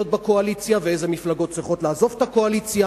בקואליציה ואיזה מפלגות צריכות לעזוב את הקואליציה.